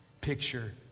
picture